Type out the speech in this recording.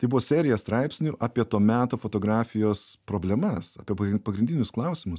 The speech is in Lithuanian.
tai buvo serija straipsnių apie to meto fotografijos problemas apie pagrin pagrindinius klausimus